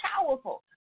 powerful